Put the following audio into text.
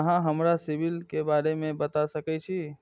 अहाँ हमरा सिबिल के बारे में बता सके छी?